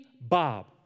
Bob